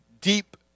deep